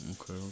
Okay